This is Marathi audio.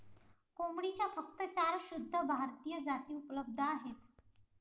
कोंबडीच्या फक्त चार शुद्ध भारतीय जाती उपलब्ध आहेत